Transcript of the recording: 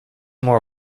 more